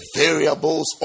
variables